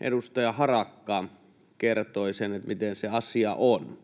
edustaja Harakka kertoi, miten se asia on.